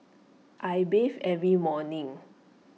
I bathe every morning